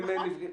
נכון.